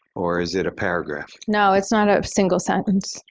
or is it a paragraph? no, it's not a single sentence.